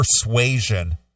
persuasion